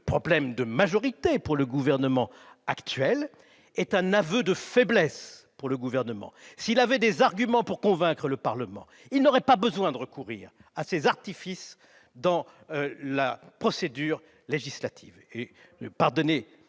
problèmes de majorité pour le gouvernement actuel, est un aveu de faiblesse ! Tout à fait ! Si le Gouvernement avait des arguments pour convaincre le Parlement, il n'aurait pas besoin de recourir à de tels artifices dans la procédure législative. Pardonnez